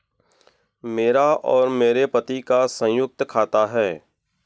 मेरा और मेरे पति का संयुक्त खाता है